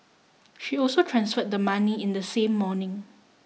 she also transferred the money in the same morning